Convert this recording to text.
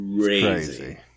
crazy